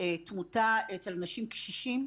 תמותה אצל אנשים קשישים,